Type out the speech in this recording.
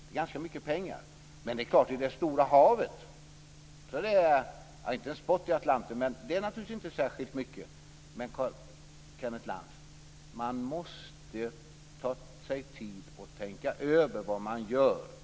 Det är ganska mycket pengar, men det är klart att i det stora hela är det inte särskilt mycket även om det inte är som ett spott i Atlanten. Men, Kenneth Lantz, man måste ta sig tid att tänka över vad man gör.